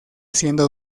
siendo